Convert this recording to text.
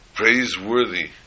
praiseworthy